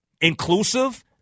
inclusive